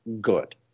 good